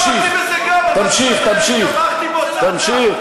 לא, אני תמכתי בזה גם, אבל, תמכתי בו, תמשיך.